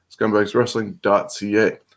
scumbagswrestling.ca